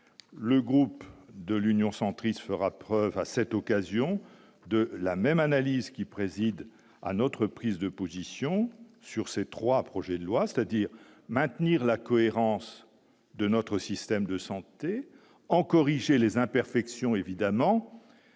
le groupe de l'Union centriste fera preuve à cette occasion de la même analyse qui préside à notre prise de position sur ces 3 projets de loi, c'est-à-dire maintenir la cohérence de notre système de santé en corriger les imperfections évidemment